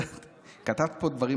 כתבת פה דברים מצחיקים,